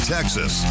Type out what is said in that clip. Texas